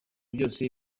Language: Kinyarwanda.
byose